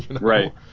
right